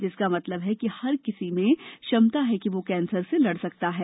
जिसका मतलब है कि हर किसी में क्षमता है कि वह कैंसर से लड़ सकता है